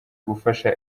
gufasha